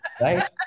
right